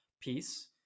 piece